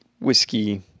whiskey